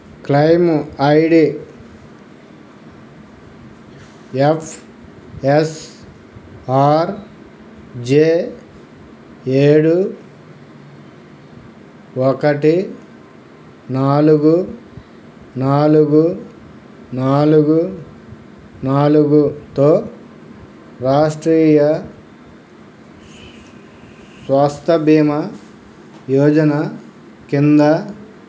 claim I D F S R J ఏడు ఒకటి నాలుగు నాలుగు నాలుగు నాలుగుతో రాష్ట్రీయ స్వాస్థ్య బీమా యోజన కింద